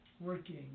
working